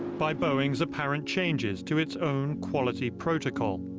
by boeing's apparent changes to its own quality protocol.